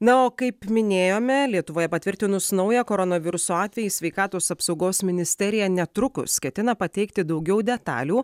na o kaip minėjome lietuvoje patvirtinus naują koronaviruso atvejį sveikatos apsaugos ministerija netrukus ketina pateikti daugiau detalių